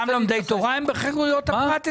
גם לומדי תורה הם בחירויות הפרט אצלכם?